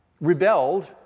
rebelled